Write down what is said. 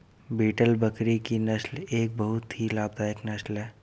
beetle बकरी की नस्ल एक बहुत ही लाभदायक नस्ल है